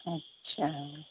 اچھا